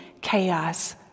chaos